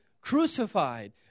crucified